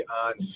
on